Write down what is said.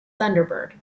thunderbird